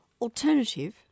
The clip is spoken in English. alternative